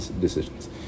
decisions